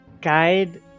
Guide